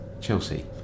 Chelsea